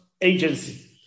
agency